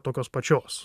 tokios pačios